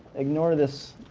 ignore this.